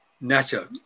natural